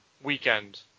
weekend